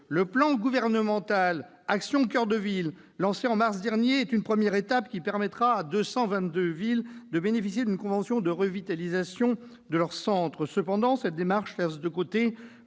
Le plan gouvernemental « Action coeur de ville » lancé en mars dernier est une première étape qui permettra à 222 villes de bénéficier d'une convention de revitalisation de leur centre. Cependant, cette démarche laisse de côté